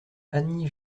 annie